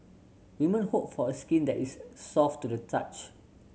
women hope for skin that is soft to the touch